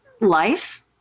life